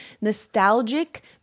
nostalgic